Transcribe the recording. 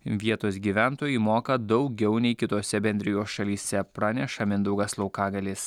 vietos gyventojai moka daugiau nei kitose bendrijos šalyse praneša mindaugas laukagalis